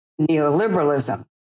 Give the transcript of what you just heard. neoliberalism